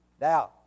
Now